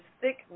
thick